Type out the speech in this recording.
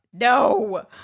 No